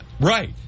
right